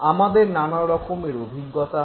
আমাদের নানা রকমের অভিজ্ঞতা হয়